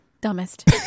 Dumbest